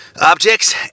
objects